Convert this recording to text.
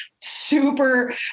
super